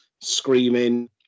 screaming